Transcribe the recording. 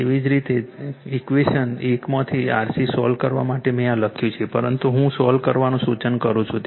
તેવી જ રીતે ઇક્વેશન 1 માંથી RC સોલ્વ કરવા માટે મેં આ લખ્યું છે પરંતુ હું સોલ્વ કરવાનું સૂચન કરું છું